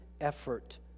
effort